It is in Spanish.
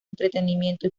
entretenimiento